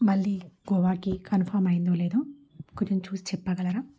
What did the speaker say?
మళ్ళీ గోవాకి కన్ఫామ్ అయ్యిందో లేదో కొంచెం చూసి చెప్పగలరా